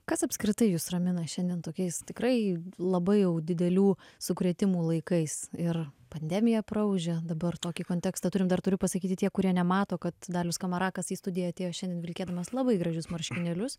kas apskritai jus ramina šiandien tokiais tikrai labai jau didelių sukrėtimų laikais ir pandemija praūžė dabar tokį kontekstą turim dar turiu pasakyti tie kurie nemato kad dalius skamarakas į studiją atėjo šiandien vilkėdamas labai gražius marškinėlius